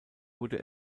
wurde